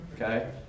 okay